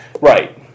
right